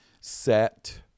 set